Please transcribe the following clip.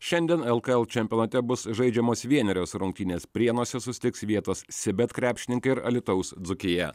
šiandien lkl čempionate bus žaidžiamos vienerios rungtynės prienuose susitiks vietos cbet krepšininkai ir alytaus dzūkija